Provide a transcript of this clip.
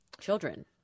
Children